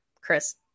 Chris